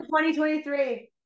2023